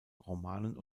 romanen